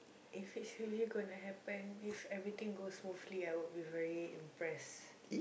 if it's really gonna happen if everything goes smoothly I will be very impressed